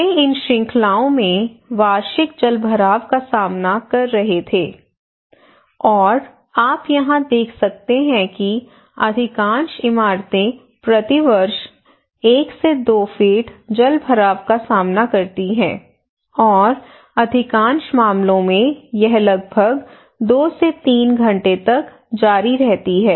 वे इन श्रृंखलाओं में वार्षिक जलभराव का सामना कर रहे थे और आप यहां देख सकते हैं कि अधिकांश इमारतें प्रतिवर्ष एक से दो फीट जलभराव का सामना करती हैं और अधिकांश मामलों में यह लगभग दो से तीन घंटे तक जारी रहती है